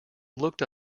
looked